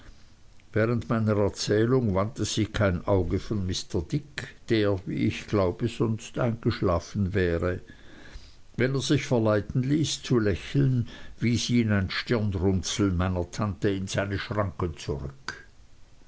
während meiner erzählung wandte sie kein auge von mr dick der wie ich glaube sonst eingeschlafen wäre wenn er sich verleiten ließ zu lächeln wies ihn ein stirnrunzeln meiner tante in seine schranken zurück